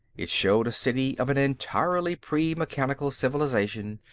it showed a city of an entirely pre-mechanical civilization,